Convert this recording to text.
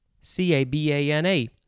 C-A-B-A-N-A